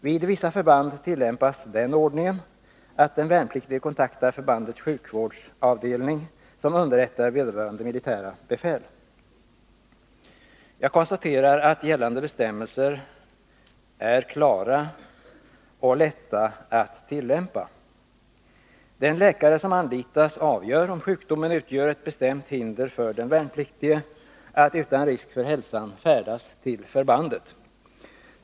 Vid vissa förband tillämpas den ordningen att den värnpliktige kontaktar förbandets sjukvårdsavdelning, som underrättar vederbörande militära befäl. Jag konstaterar att gällande bestämmelser är klara och lätta att tillämpa. Den läkare som anlitas avgör om sjukdomen utgör ett bestämt hinder för den värnpliktige att utan risk för hälsan färdas till förbandet.